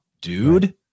dude